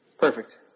Perfect